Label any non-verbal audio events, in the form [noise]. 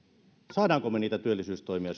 saammeko me niitä työllisyystoimia [unintelligible]